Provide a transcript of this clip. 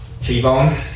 T-bone